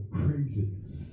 craziness